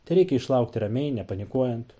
tereikia išlaukti ramiai nepanikuojant